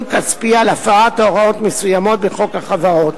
כספי על הפרת הוראות מסוימות בחוק החברות.